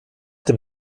dem